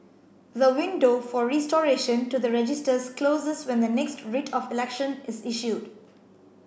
the window for restoration to the registers closes when the next Writ of Election is issued